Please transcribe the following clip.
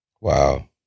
Wow